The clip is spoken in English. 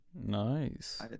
Nice